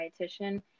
dietitian